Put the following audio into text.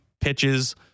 pitches